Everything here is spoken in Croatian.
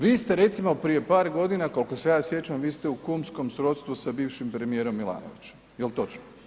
Vi ste recimo prije par godina, koliko se ja sjećam, vi ste u kumskom srodstvu sa bivšim premijerom Milanovićem, jel točno?